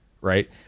Right